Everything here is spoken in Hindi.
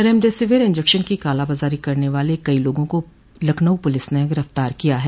रेमडेसिविर इंजेक्शन की कालाबाजारी करने वाले कई लोगों को लखनऊ पुलिस ने गिरफ्तार किया है